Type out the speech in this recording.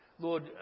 Lord